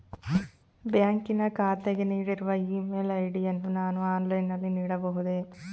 ಬ್ಯಾಂಕಿನ ಖಾತೆಗೆ ನೀಡಿರುವ ಇ ಮೇಲ್ ಐ.ಡಿ ಯನ್ನು ನಾನು ಆನ್ಲೈನ್ ನಲ್ಲಿ ನೀಡಬಹುದೇ?